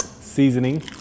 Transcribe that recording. seasoning